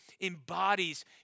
embodies